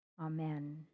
Amen